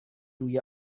روی